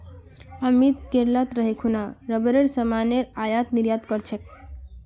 अमित केरलत रही खूना रबरेर सामानेर आयात निर्यात कर छेक